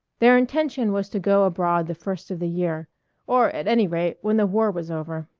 their intention was to go abroad the first of the year or, at any rate, when the war was over.